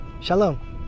Shalom